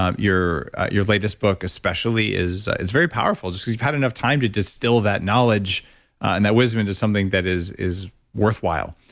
um your your latest book, especially, is is very powerful because you've had enough time to distill that knowledge and that wisdom into something that is is worthwhile.